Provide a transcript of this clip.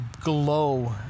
glow